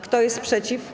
Kto jest przeciw?